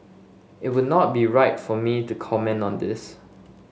it would not be right for me to comment on this